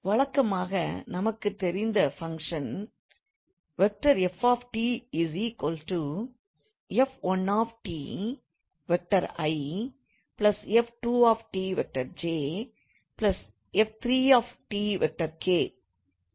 வழக்கமாக நமக்குத்தெரிந்த பங்க்ஷன் 𝑓⃗𝑡 𝑓1𝑡𝑖̂ 𝑓2𝑡𝑗̂ 𝑓3𝑡𝑘̂